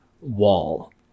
wall